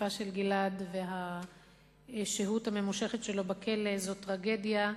החטיפה של גלעד והשהות הממושכת שלו בכלא הן טרגדיה,